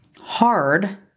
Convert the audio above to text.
Hard